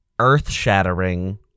Earth-shattering